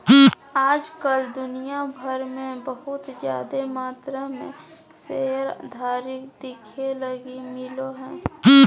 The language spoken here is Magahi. आज कल दुनिया भर मे बहुत जादे मात्रा मे शेयरधारी देखे लगी मिलो हय